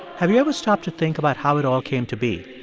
have you ever stopped to think about how it all came to be?